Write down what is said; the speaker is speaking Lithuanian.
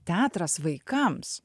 teatras vaikams